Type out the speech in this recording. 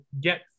Get